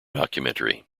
documentary